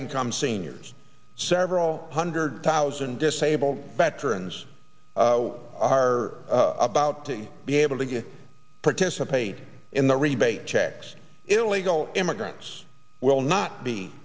income seniors several hundred thousand disabled veterans are about to be able to get participate in the rebate checks illegal immigrants will not be